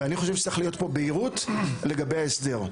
ואני חושב שצריכה להיות פה בהירות לגבי ההסדר.